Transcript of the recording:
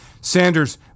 Sanders